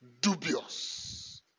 Dubious